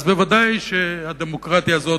אז ודאי שהדמוקרטיה הזו